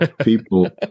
People